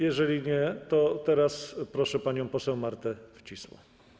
Jeżeli nie, to teraz proszę panią poseł Martę Wcisło.